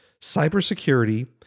cybersecurity